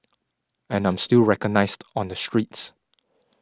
and I'm still recognised on the streets